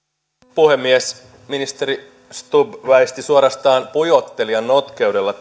puhemies ministeri stubb väisti suorastaan pujottelijan notkeudella